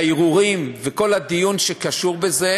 והערעורים, וכל הדיון שקשור בזה